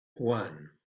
one